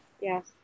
Yes